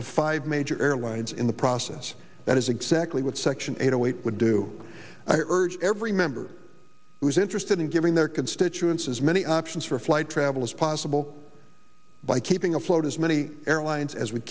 of five major airlines in the process that is exactly what section eight zero eight would do i urge every member who is interested in giving their constituents as many options for flight travel as possible by keeping afloat as many airlines as we